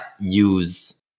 use